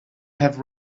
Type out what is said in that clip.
have